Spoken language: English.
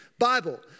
bible